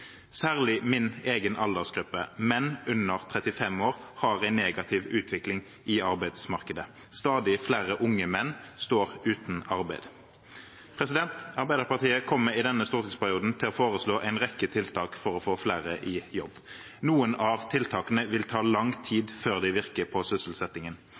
Særlig min egen aldersgruppe, menn under 35 år, har en negativ utvikling i arbeidsmarkedet. Stadig flere unge menn står uten arbeid. Arbeiderpartiet kommer i denne stortingsperioden til å foreslå en rekke tiltak for å få flere i jobb. For noen av tiltakene vil det ta lang tid før de virker på sysselsettingen.